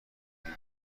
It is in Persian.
های